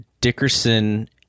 Dickerson